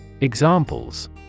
Examples